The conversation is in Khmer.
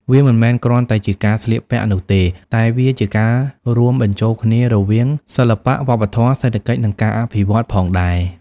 វាមិនមែនគ្រាន់តែជាការស្លៀកពាក់នោះទេ តែវាជាការរួមបញ្ចូលគ្នារវាង សិល្បៈ វប្បធម៌ សេដ្ឋកិច្ច និងការអភិវឌ្ឍ ផងដែរ។